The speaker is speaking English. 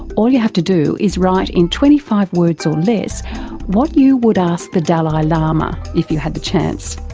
all you have to do is write in twenty five words or less what you would ask the dalai lama if you had the chance.